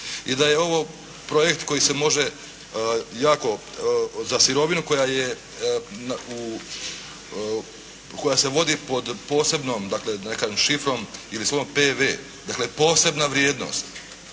I da je ovo projekt koji se može jako, za sirovinu koja je u, koja se vodi pod posebnom, da ne kažem šifrom, ili slovom P.V., dakle, posebna vrijednost